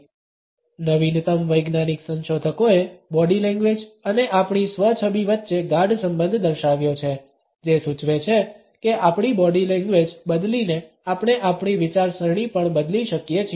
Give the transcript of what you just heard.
2214 નવીનતમ વૈજ્ઞાનિક સંશોધકોએ બોડી લેંગ્વેજ અને આપણી સ્વછબી વચ્ચે ગાઢ સંબંધ દર્શાવ્યો છે જે સૂચવે છે કે આપણી બોડી લેંગ્વેજ બદલીને આપણે આપણી વિચારસરણી પણ બદલી શકીએ છીએ